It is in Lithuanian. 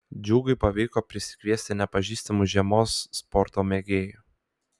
džiugui pavyko prisikviesti nepažįstamų žiemos sporto mėgėjų